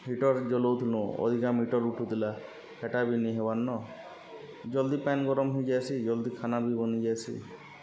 heater ଜଲଉଥିଲୁ ଅଧିକା meter ଉଠୁଥିଲା ହେଟା ବି ନି ହେବାର୍ନ ଜଲ୍ଦି ପାଏନ୍ ଗରମ୍ ହେଇଯାଏସି ଜଲ୍ଦି ଖାନା ବି ବନିଯାଏସି